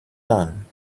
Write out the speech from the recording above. done